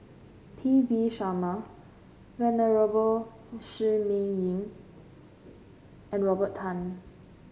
P V Sharma Venerable Shi Ming Yi and Robert Tan